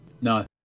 No